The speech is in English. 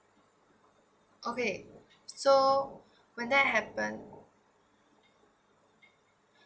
okay so when that happen